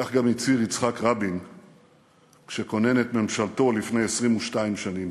כך גם הצהיר יצחק רבין כשכונן את ממשלתו לפני 22 שנים: